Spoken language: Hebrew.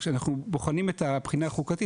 כשאנחנו בוחנים את הבחינה החוקתית